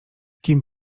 kim